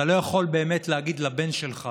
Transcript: אתה לא יכול באמת להגיד לבן שלך